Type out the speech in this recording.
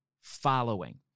following